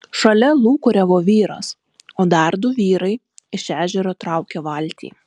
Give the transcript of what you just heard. šalia lūkuriavo vyras o dar du vyrai iš ežero traukė valtį